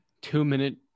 two-minute